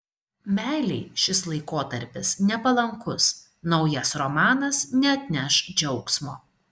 meilei šis laikotarpis nepalankus naujas romanas neatneš džiaugsmo